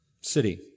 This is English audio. city